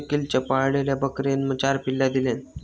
शकिलच्या पाळलेल्या बकरेन चार पिल्ला दिल्यान